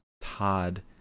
Todd